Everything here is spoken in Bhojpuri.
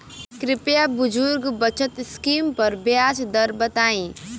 कृपया बुजुर्ग बचत स्किम पर ब्याज दर बताई